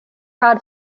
had